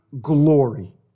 glory